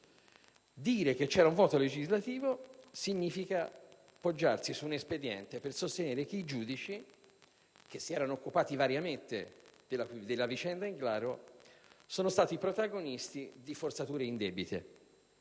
Dire che c'è un vuoto legislativo significa infatti poggiarsi su un espediente per sostenere che i giudici che si erano occupati variamente della vicenda Englaro sono stati protagonisti di forzature indebite,